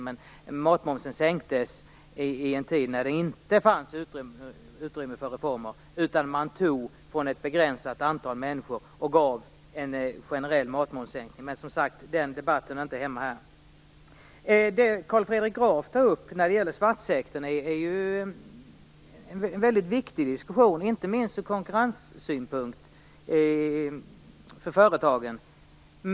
Matmomsen sänktes i en tid när det inte fanns utrymme för reformer, utan man tog från ett begränsat antal människor och gav en generell matmomssänkning. Men den debatten hör inte hemma här. Det Carl Erik Graf tar upp när det gäller svartsektorn är väldigt viktigt, inte minst ur konkurrenssynpunkt för företagen.